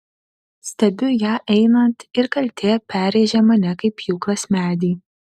stebiu ją einant ir kaltė perrėžia mane kaip pjūklas medį